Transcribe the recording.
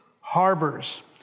Harbors